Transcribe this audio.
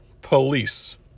police